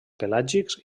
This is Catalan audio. pelàgics